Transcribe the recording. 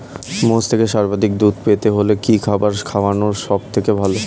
মোষের থেকে সর্বাধিক দুধ পেতে হলে কি খাবার খাওয়ানো সবথেকে ভালো?